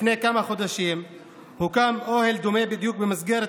לפני כמה חודשים הוקם אוהל דומה במסגרת